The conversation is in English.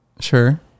Sure